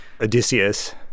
Odysseus